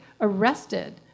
arrested